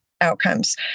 outcomes